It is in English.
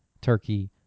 turkey